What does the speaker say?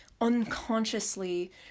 unconsciously